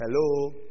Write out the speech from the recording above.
Hello